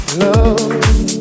love